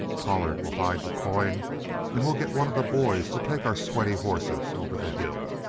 pollard will hide the coin and we'll get one of the boys to take our sweaty horses over the hills.